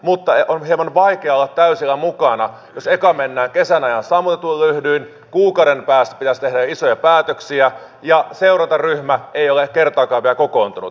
mutta on hieman vaikea olla täysillä mukana jos eka mennään kesän ajan sammutetuin lyhdyin kuukauden päästä pitäisi tehdä isoja päätöksiä ja seurantaryhmä ei ole kertaakaan vielä kokoontunut